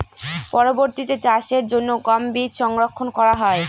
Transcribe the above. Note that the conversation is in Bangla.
পরবর্তিতে চাষের জন্য গম বীজ সংরক্ষন করা হয়?